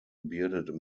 bearded